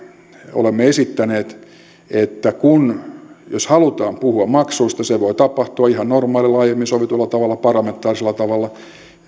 olemme esittäneet että jos halutaan puhua maksuista se voi tapahtua ihan normaalilla aiemmin sovitulla tavalla parlamentaarisella tavalla